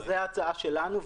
זו ההצעה שלנו,